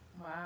Wow